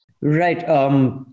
Right